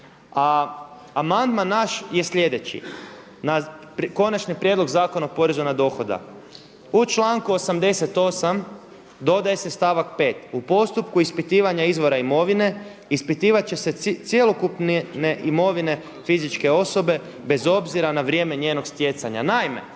a amandman naš je sljedeći na Konačni prijedlog Zakona o porezu na dohodak u članku 88. dodaje se stavak 5. u postupku ispitivanja izvora imovine ispitivat će cjelokupne imovine fizičke osobe bez obzira na vrijeme njenog stjecanja.